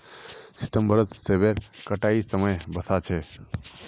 सितंबरत सेबेर कटाईर समय वसा छेक